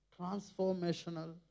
transformational